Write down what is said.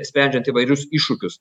sprendžiant įvairius iššūkius